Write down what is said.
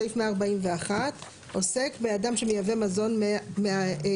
סעיף 141 עוסק באדם שמייבא מזון מאזור.